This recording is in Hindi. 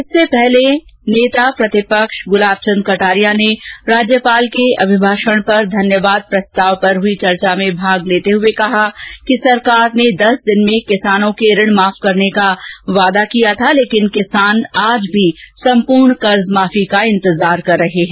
इससे पहले प्रतिपक्ष के नेता गुलाब चंद कटारिया ने राज्यपाल के अभिभाषण पर धन्यवाद प्रस्ताव पर हई चर्चा में भाग लेते हुए कहा कि सरकार ने दस दिन में किसानों के ऋण माफ करने का वादा किया लेकिन किसान आज भी संपूर्ण कर्जमाफी का इंतजार कर रहे हैं